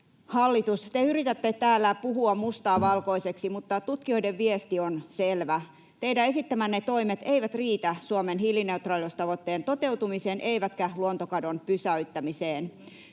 Hallitus, te yritätte täällä puhua mustaa valkoiseksi, mutta tutkijoiden viesti on selvä. Teidän esittämänne toimet eivät riitä Suomen hiilineutraaliustavoitteen toteutumiseen eivätkä luontokadon pysäyttämiseen.